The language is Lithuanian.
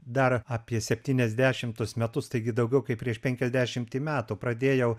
dar apie septyniasdešimtus metus taigi daugiau kaip prieš penkiasdešimtį metų pradėjau